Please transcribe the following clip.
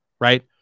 right